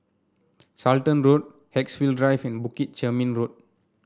Charlton Road Haigsville Drive and Bukit Chermin Road